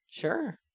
sure